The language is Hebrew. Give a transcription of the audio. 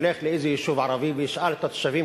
תלך לאיזה יישוב ערבי ותשאל את התושבים,